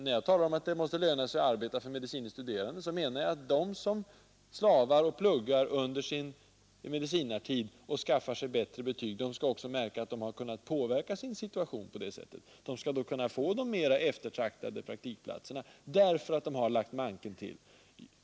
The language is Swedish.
När jag talar om att det måste löna sig för medicine studerande att arbeta menar jag att de som slavar och pluggar under sin medicinartid och skaffar sig bättre betyg också skall märka att de har kunnat påverka sin situation. De skall kunna få de mer eftertraktade praktikplatserna därför att de har lagt manken till.